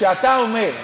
כשאתה אומר: